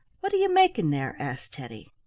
what are you making there? asked teddy.